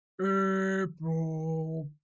April